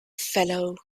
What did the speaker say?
fellow